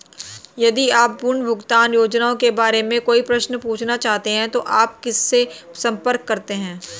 यदि आप पुनर्भुगतान योजनाओं के बारे में कोई प्रश्न पूछना चाहते हैं तो आप किससे संपर्क करते हैं?